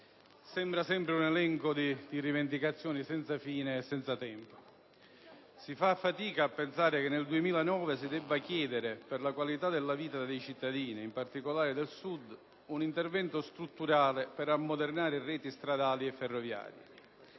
sembra sempre senza fine e senza tempo. Si fa fatica a pensare che nel 2009 si debba chiedere per la qualità della vita dei cittadini, in particolare del Sud, un intervento strutturale per ammodernare reti stradali e ferroviarie.